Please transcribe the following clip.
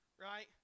right